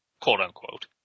quote-unquote